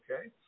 Okay